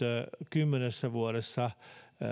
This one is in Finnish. kymmenessä vuodessa